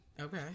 Okay